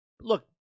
look